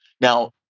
Now